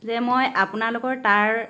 যে মই আপোনালোকৰ তাৰ